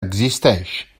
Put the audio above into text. existeix